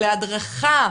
להדרכה,